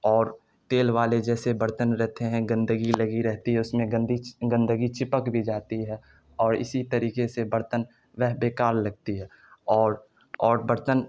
اور تیل والے جیسے برتن رہتے ہیں گندگی لگی رہتی ہے اس میں گندی گندگی چپک بھی جاتی ہے اور اسی طریقے سے برتن وہ بیکار لگتی ہے اور اور برتن